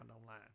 online